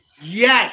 Yes